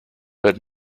but